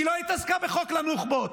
היא לא התעסקה בחוק לנוח'בות,